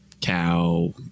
cow